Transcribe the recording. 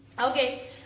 okay